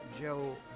Joe